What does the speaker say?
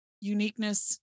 uniqueness